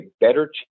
better